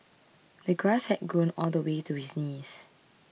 the grass had grown all the way to his knees